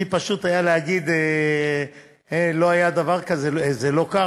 הכי פשוט היה להגיד שלא היה דבר כזה, זה לא כך.